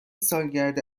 سالگرد